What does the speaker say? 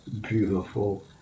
beautiful